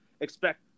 expect